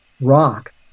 rock